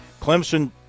Clemson